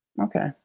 Okay